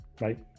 right